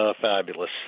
fabulous